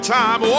time